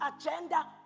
agenda